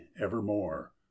evermore